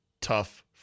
tough